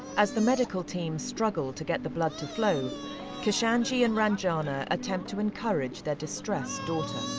as the medical team struggle to get the blood to flow kishanji and ranjana attempt to encourage their distressed daughter.